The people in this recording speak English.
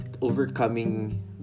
overcoming